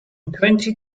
twenty